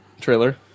trailer